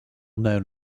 known